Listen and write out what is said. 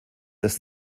das